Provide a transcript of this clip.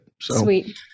Sweet